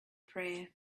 prayer